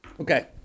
Okay